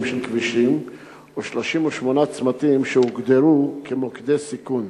של כבישים ו-38 צמתים שהוגדרו כמוקדי סיכון.